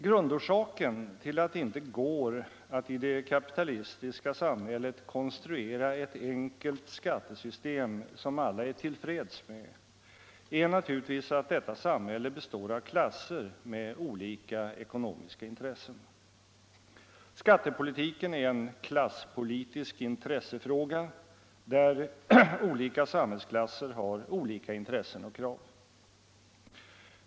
Grundorsaken till att det inte går att i det kapitalistiska samhället konstruera ett enkelt skattesystem, som alla är till freds med, är naturligtvis att detta samhälle består av klasser med olika ekonomiska intressen. Skattepolitiken är en klasspolitisk intressefråga, där olika samhällsklasser har olika intressen och krav.